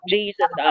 Jesus